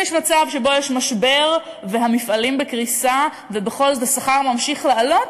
אם יש מצב שבו יש משבר והמפעלים בקריסה ובכל זאת השכר ממשיך לעלות,